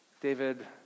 David